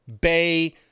Bay